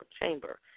chamber